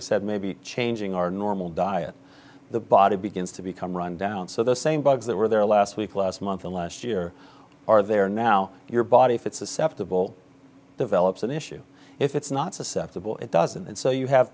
you said maybe changing our normal diet the body begins to become rundown so the same bugs that were there last week last month the last year are there now your body fat susceptible develops an issue if it's not susceptible it doesn't and so you have